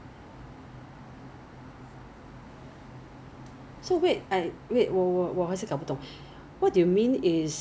他在一个 car park so there is a Ezbuy truck that come like for example every day daily from 十二点十五到十二点半